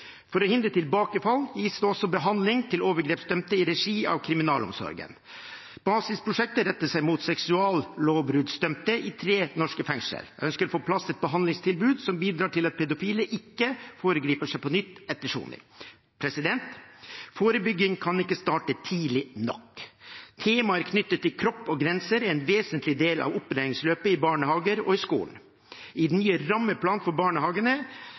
For å hindre tilbakefall gis det også behandling av overgrepsdømte i regi av kriminalomsorgen. Basisprosjektet retter seg mot seksuallovbruddsdømte i tre norske fengsel. Jeg ønsker å få på plass et behandlingstilbud som bidrar til at pedofile ikke forgriper seg på nytt etter soning. Forebygging kan ikke starte tidlig nok. Temaer knyttet til kropp og grenser er en vesentlig del av opplæringsløpet i barnehagen og i skolen. I den nye rammeplanen for barnehagene